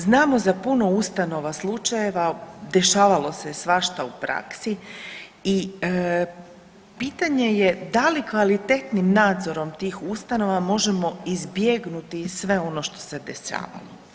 Znamo za puno ustanova slučajeva, dešavalo se svašta u praksi i pitanje je da li kvalitetnim nadzorom tih ustanova možemo izbjegnuti sve ono što se dešavalo.